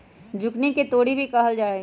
zucchini के तोरी भी कहल जाहई